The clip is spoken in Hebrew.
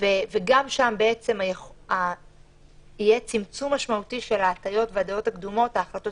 וגם שם בעצם יהיה צמצום משמעותי של ההטיות והדעות הקדומות; ההחלטות